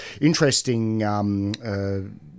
interesting